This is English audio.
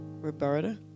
Roberta